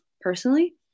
Personally